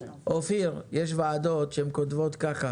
יש ועדות שהן כותבות ככה